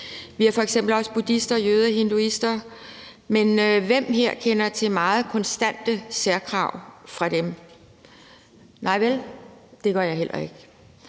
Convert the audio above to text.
Vi har f.eks. også buddhister, jøder og hinduer, men hvem her kender til nogle meget konstante særkrav fra dem? Nej vel? Det gør jeg heller ikke.